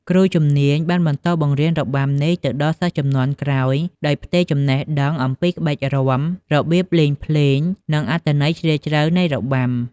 គ្រូជំនាញបានបន្តបង្រៀនរបាំនេះទៅដល់សិស្សនិស្សិតជំនាន់ក្រោយ ដោយផ្ទេរចំណេះដឹងអំពីក្បាច់រាំ របៀបលេងភ្លេង និងអត្ថន័យជ្រាលជ្រៅនៃរបាំ។